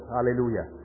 Hallelujah